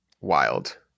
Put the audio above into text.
wild